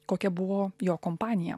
kokia buvo jo kompanija